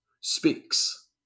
speaks